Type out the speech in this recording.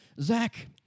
Zach